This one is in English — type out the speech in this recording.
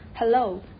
Hello